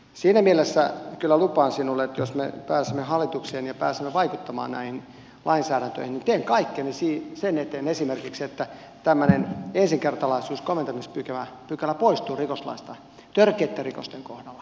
siinä mielessä kyllä lupaan sinulle että jos me pääsemme hallitukseen ja pääsemme vaikuttamaan näihin lainsäädäntöihin niin teen kaikkeni sen eteen esimerkiksi että tämmöinen ensikertalaisuuspykälä poistuu rikoslaista törkeitten rikosten kohdalla